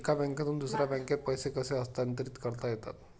एका बँकेतून दुसऱ्या बँकेत पैसे कसे हस्तांतरित करता येतात?